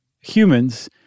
humans